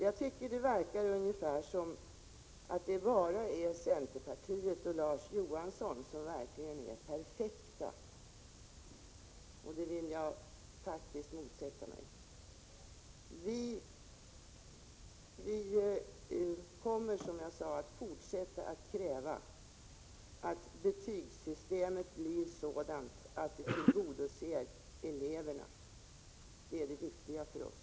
Jag tycker att det verkar ungefär som att det bara är centerpartiet och Larz Johansson som verkligen är perfekta, och det vill jag faktiskt motsätta mig. Vi kommer, som jag sade, att fortsätta att kräva att betygssystemet blir sådant att det tillgodoser eleverna. Det är det viktiga för oss.